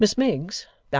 miss miggs,